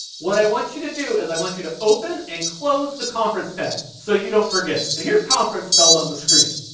what i want you to do is i want you to open and close the conference tags so you don't forget. and here's conference spelled on the screen.